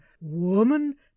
woman